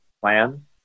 plan